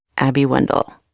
abby wendle